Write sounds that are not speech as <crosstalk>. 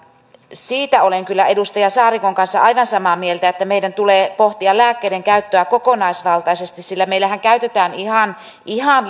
siitä olen kyllä edustaja saarikon kanssa aivan samaa mieltä että meidän tulee pohtia lääkkeiden käyttöä kokonaisvaltaisesti sillä meillähän käytetään ihan ihan <unintelligible>